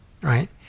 right